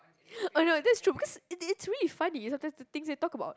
oh no that's true because it is really funny sometimes the things they talk about